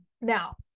Now